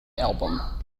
album